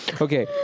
okay